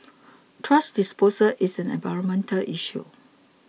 thrash disposal is an environmental issue